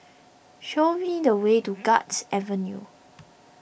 show me the way to Guards Avenue